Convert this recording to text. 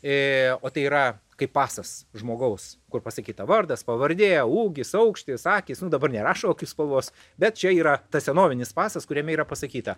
o tai yra kaip pasas žmogaus kur pasakyta vardas pavardė ūgis aukštis akys nu dabar nerašo spalvos bet čia yra tas senovinis pasas kuriame yra pasakyta